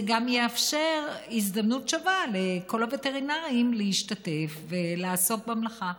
זה יאפשר הזדמנות שווה לכל הווטרינרים להשתתף ולעסוק במלאכה.